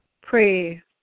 pray